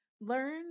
Learn